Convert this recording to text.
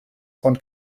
von